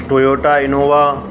Toyota Innova